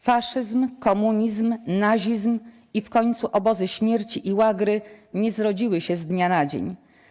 Faszyzm, komunizm, nazizm i w końcu obozy śmierci i łagry nie zrodziły się z dnia na dzień.